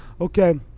okay